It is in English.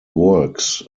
works